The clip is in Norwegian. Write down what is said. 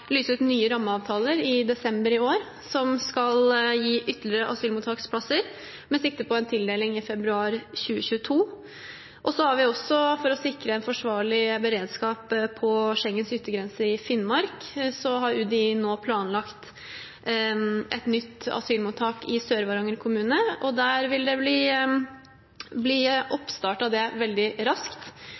lyse ut nye rammeavtaler i desember i år, som skal gi ytterligere asylmottaksplasser, med sikte på en tildeling i februar 2022. For å sikre en forsvarlig beredskap på Schengens yttergrense, i Finnmark, har UDI nå planlagt et nytt asylmottak i Sør-Varanger kommune. Det vil bli oppstart der veldig raskt. Så dette er noen av